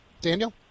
Daniel